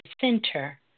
center